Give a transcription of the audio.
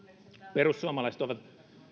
perussuomalaiset ovat